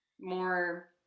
more